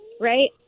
right